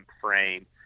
frame